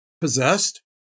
possessed